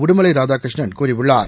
உடுமலை ராதாகிருஷ்ணன் கூறியுள்ளார்